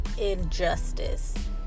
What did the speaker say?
injustice